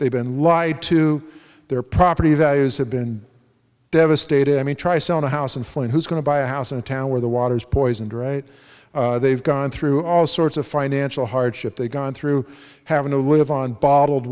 they've been lied to their property values have been devastated i mean try selling a house in flint who's going to buy a house in a town where the water's poisoned right they've gone through all sorts of financial hardship they've gone through having to live on bottled